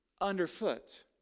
underfoot